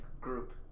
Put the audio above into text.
Group